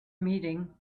meeting